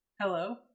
hello